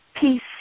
peace